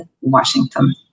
Washington